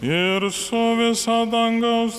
ir su visa dangaus